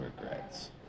regrets